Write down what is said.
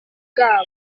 bwabo